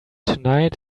tonight